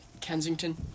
Kensington